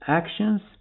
actions